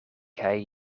hij